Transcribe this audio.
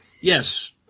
Yes